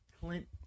Clint